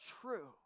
true